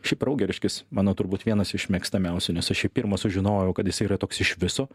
šiaip raugerškis mano turbūt vienas iš mėgstamiausių nes aš jį pirma sužinojau kad jisai yra toks iš viso